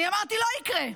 אני אמרתי: לא יקרה.